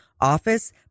office